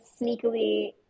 sneakily